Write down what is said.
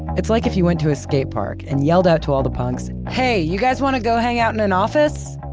it's like if you went to a skate park and yelled out to all the punks hey, you guys wanna go hang out in an office?